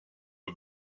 aux